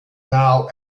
now